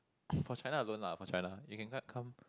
for China alone lah for China you can cut come